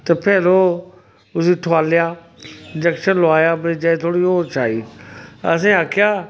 ते फिर ओह् उस्सी ठोआलेआ जक्शन लोआया मरीजा गी थोह्ड़ी होश आई असें आखेआ